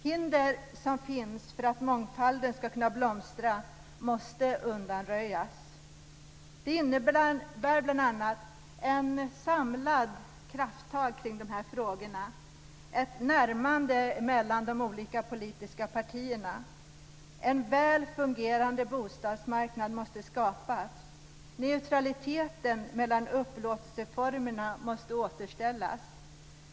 Hinder för att mångfalden ska kunna blomstra måste undanröjas. Det innebär bl.a. ett samlad krafttag kring de här frågorna och ett närmande mellan de olika politiska partierna. En väl fungerande bostadsmarknad måste skapas. Neutraliteten mellan upplåtelseformerna måste återställas.